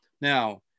Now